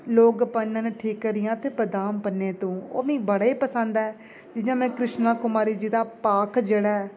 लोक भन्नन ठीकरियां ते बदाम भन्नें तूं ओह् मिगी बड़े ई पसंद ऐ जि'यां में कृशना कुमारी जी दा भाख जेह्ड़ा ऐ